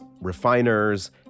refiners